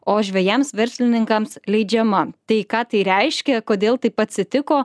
o žvejams verslininkams leidžiama tai ką tai reiškia kodėl taip atsitiko